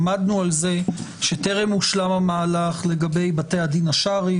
עמדנו על זה שטרם הושלם המהלך לגבי בתי הדין השרעיים,